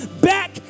back